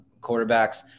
quarterbacks